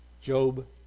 Job